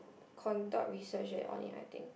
conduct research at on it I think